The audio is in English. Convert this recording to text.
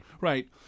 right